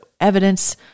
evidence